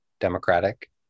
Democratic